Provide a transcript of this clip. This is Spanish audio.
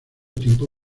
tiempo